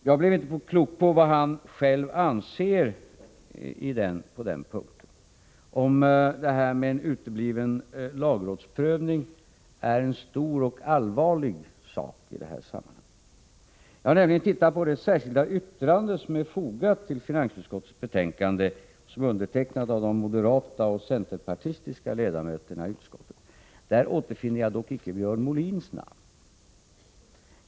Jag blev inte klok på vad han själv anser på den punkten. Är den uteblivna lagrådsprövningen en stor och allvarlig sak i sammanhanget? Jag har nämligen tittat på de särskilda yttranden som är fogade till finansutskottets betänkande. De är undertecknade av de moderata och centerpartistiska ledmöterna i utskottet; jag återfinner dock icke Björn Molins namn där.